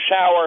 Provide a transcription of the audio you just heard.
shower